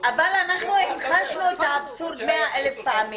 כן, אבל אנחנו המחשנו את האבסורד מאה אלף פעמים.